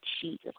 Jesus